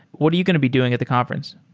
what are you going to be doing at the conference?